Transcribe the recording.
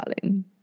darling